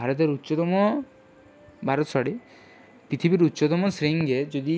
ভারতের উচ্চতম ভারত সরি পৃথিবীর উচ্চতম শৃঙ্গে যদি